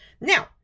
Now